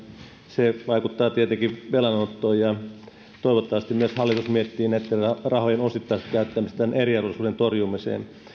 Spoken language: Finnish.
se vaikuttaa tietenkin velanottoon toivottavasti hallitus miettii myös näitten rahojen osittaista käyttämistä eriarvoisuuden torjumiseen